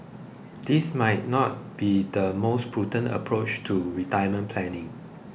this might not be the most prudent approach to retirement planning